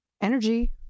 energy